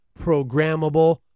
programmable